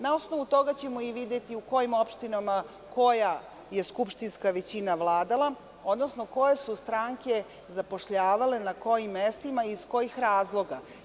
Na osnovu toga ćemo i videti u kojim opštinama koja je skupštinska većina vladala, odnosno koje su stranke zapošljavale, na kojim mestima i iz kojih razloga.